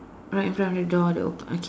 right in front of the door no okay